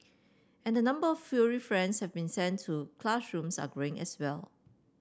and the number furry friends have been sent to classrooms are growing as well